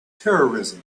terrorism